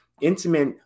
intimate